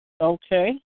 Okay